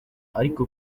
ariko